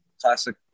classic